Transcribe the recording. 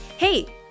Hey